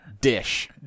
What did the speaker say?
dish